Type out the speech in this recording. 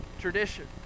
tradition